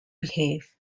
behave